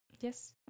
Yes